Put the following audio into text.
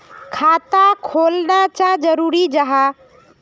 खाता खोलना चाँ जरुरी जाहा?